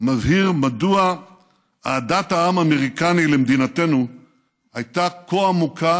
מבהיר מדוע אהדת העם האמריקני למדינתנו הייתה כה עמוקה